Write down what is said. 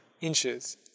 inches